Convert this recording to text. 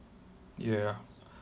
yeah